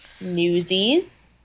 Newsies